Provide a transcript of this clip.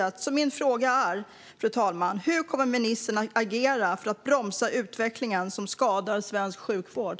Min fråga är: Hur kommer ministern att agera för att bromsa utvecklingen som skadar svensk sjukvård?